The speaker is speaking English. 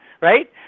Right